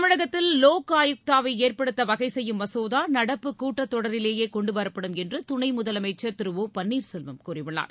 தமிழகத்தில் லோக் ஆயுக்தாவை ஏற்படுத்த வகை செய்யும் மசோதா நடப்பு கூட்டத்தொடரிலேயே கொண்டுவரப்படும் என்று துணை முதலமைச்சர் திரு ஒ பன்னீர் செல்வம் கூறியுள்ளார்